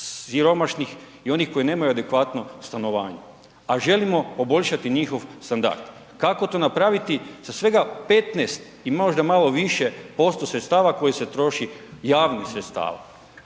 siromašnih i oni koji nemaju adekvatno stanovanje, a želimo poboljšati njihov standard. Kako to napraviti sa svega 15 i možda malo više posto sredstava koje se troše, javnih sredstava?